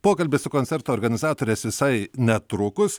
pokalbis su koncerto organizatoriais visai netrukus